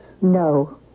No